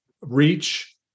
reach